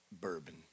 bourbon